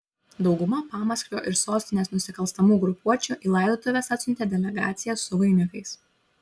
dauguma pamaskvio ir sostinės nusikalstamų grupuočių į laidotuves atsiuntė delegacijas su vainikais